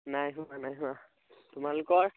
নাই হোৱা নাই হোৱা তোমালোকৰ